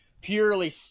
purely